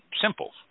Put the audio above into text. simple